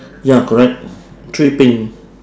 ya correct three pink